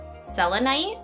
Selenite